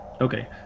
Okay